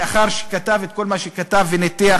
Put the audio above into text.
לאחר שכתב כל מה שכתב וניתח,